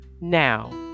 now